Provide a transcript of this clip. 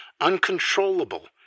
uncontrollable